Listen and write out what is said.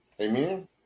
Amen